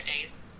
days